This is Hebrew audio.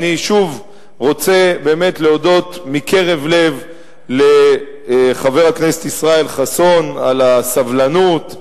אני שוב רוצה להודות מקרב לב לחבר הכנסת ישראל חסון על הסבלנות,